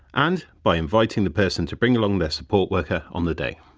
and by inviting the person to bring along their support worker on the day.